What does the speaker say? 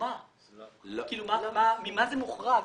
ממה זה מוחרג?